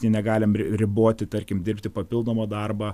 negalim riboti tarkim dirbti papildomą darbą